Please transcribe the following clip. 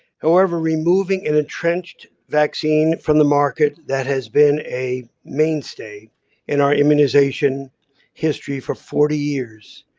however, removing an entrenched vaccine from the market that has been a mainstay in our immunization history for forty years,